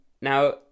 Now